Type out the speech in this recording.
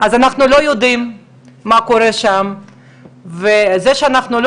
אז אנחנו לא יודעים מה קורה שם וזה שאנחנו לא